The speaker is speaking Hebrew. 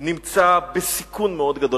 שהם מנהיגים נמצא בסיכון מאוד גדול.